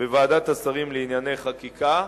בוועדת השרים לענייני חקיקה.